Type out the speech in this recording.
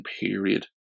period